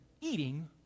eating